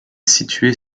située